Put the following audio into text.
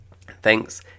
Thanks